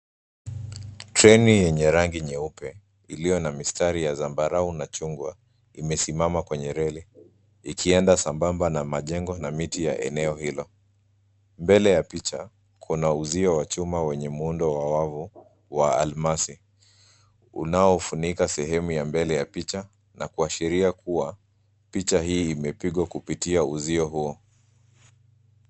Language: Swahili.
Treni yenye rangi nyeupe iliyo na mistari ya zambarau na chungwa imesimama kwenye reli ikienda sambamba na majengo na miti ya eneo hilo. Mbele ya picha kuna uzio wa chumo wenye muundo wa wavu wa almasi unaofunika sehemu ya mbele ya picha na kuashiria kuwa picha hii imepigwa kupitia uzio huo.